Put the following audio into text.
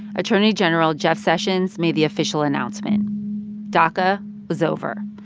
attorney general jeff sessions made the official announcement daca was over.